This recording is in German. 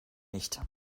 nicht